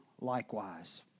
likewise